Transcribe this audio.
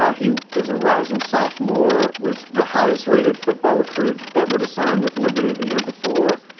ah he is a rising sophomore, was the highest rated football recruit ever to sign with liberty the year before.